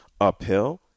Uphill